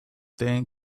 thing